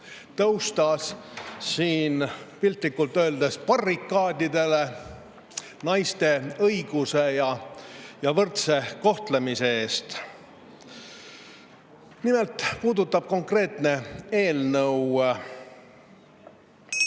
tõusta siin piltlikult öeldes barrikaadidele naiste õiguste ja võrdse kohtlemise eest. Nimelt puudutab konkreetne eelnõu